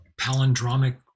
palindromic